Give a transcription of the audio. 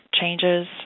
changes